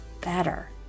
better